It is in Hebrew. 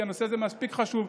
כי הנושא הזה מספיק חשוב,